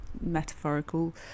Metaphorical